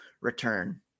return